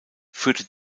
führte